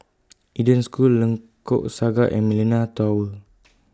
Eden School Lengkok Saga and Millenia Tower